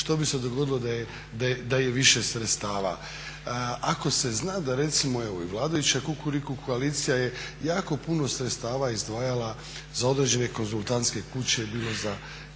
što bi se dogodilo da je više sredstava. Ako se zna da recimo i vladajuća Kukuriku koalicija je jako puno sredstava izdvajala za određene konzultantske kuće bilo za